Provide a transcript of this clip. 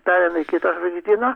pereina į kitą žvaigždyną